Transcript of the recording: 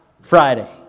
Friday